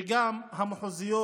וגם המחוזיות,